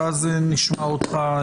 ואז נשמע אותך,